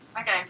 Okay